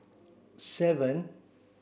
seven